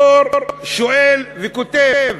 דור שאול כתב: